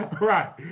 Right